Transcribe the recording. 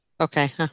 Okay